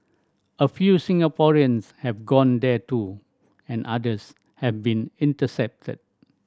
a few Singaporeans have gone there too and others have been intercepted